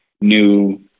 new